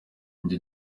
ibyo